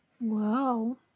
wow